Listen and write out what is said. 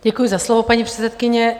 Děkuji za slovo, paní předsedkyně.